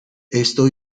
esto